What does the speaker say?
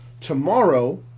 Tomorrow